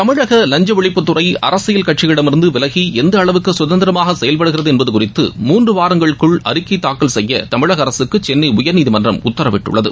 தமிழக லஞ்ச ஒழிப்புத்துறை அரசியல் கட்சிகளிடமிருந்து விலகி எந்த அளவுக்கு சுதந்திரமாக செயல்படுகிறது என்பது குறித்து மூன்று வாரங்களுக்குளட அறிக்கை தாக்கல் செய்ய தமிழக அரசுக்கு சென்னை உயர்நீதிமன்றம் உத்தரவிட்டுள்ளது